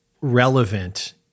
relevant